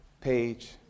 Page